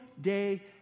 day